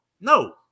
no